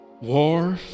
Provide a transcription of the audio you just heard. War